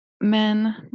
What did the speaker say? men